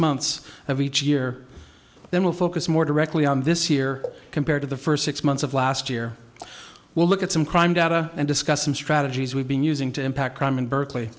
months of each year then we'll focus more directly on this year compared to the first six months of last year we'll look at some crime data and discuss some strategies we've been using to impact crime in berkeley